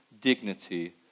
dignity